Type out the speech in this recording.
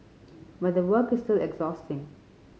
but the work is still exhausting